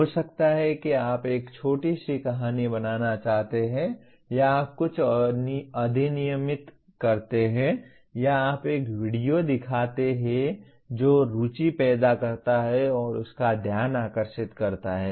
हो सकता है कि आप एक छोटी सी कहानी बनाना चाहते हैं या आप कुछ अधिनियमित करते हैं या आप एक वीडियो दिखाते हैं जो रुचि पैदा करता है और उस का ध्यान आकर्षित करता है